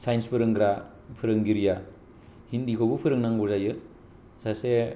science फोरोंग्रा फोरोंगिरिया हिन्दीखौबो फोरोंनांगौ जायो सासे